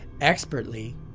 Expertly